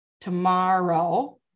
tomorrow